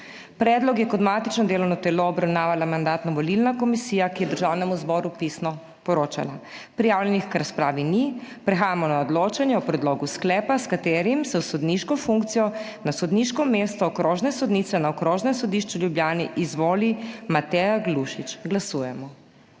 Predlog je kot matično delovno telo obravnavala Mandatno-volilna komisija, ki je Državnemu zboru pisno poročala. Prijavljenih k razpravi ni. Prehajamo na odločanje o predlogu sklepa, s katerim se v sodniško funkcijo na sodniško mesto okrožne sodnice na Okrožnem sodišču v Ljubljani izvoli Mateja Glušič. Glasujemo.